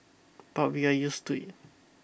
but we are used to it